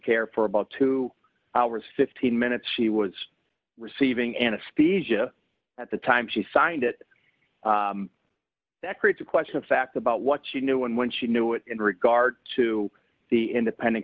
care for about two hours fifteen minutes she was receiving anesthesia at the time she signed it that creates a question of fact about what she knew and when she knew it in regard to the independent